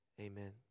amen